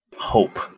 Hope